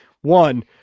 One